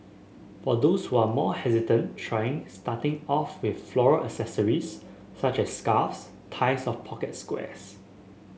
for those who are more hesitant trying starting off with floral accessories such as scarves ties of pocket squares